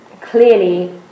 clearly